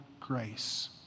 grace